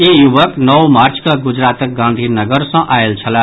ई युवक नओ मार्च कऽ गुजरातक गांधी नगर सॅ आयल छलाह